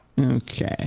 Okay